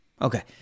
Okay